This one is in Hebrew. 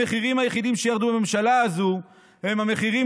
המחירים היחידים שירדו בממשלה הזו הם המחירים